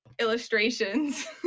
illustrations